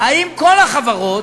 האם כל החברות